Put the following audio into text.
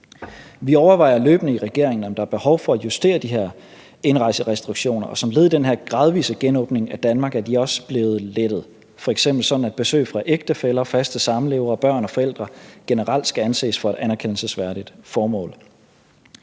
Vi overvejer løbende i regeringen, om der er behov for at justere de her indrejserestriktioner, og som led i den her gradvise genåbning af Danmark er de også blevet lettet, f.eks. sådan at besøg fra ægtefæller, faste samlevere, børn og forældre generelt skal anses for et anerkendelsesværdigt formål.